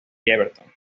everton